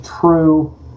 true